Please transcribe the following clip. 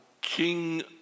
King